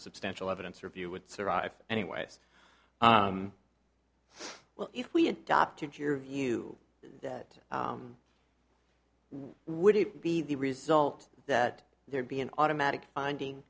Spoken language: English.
substantial evidence review would survive anyway as well if we adopted your view that would be the result that there'd be an automatic finding